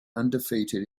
undefeated